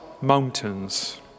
mountains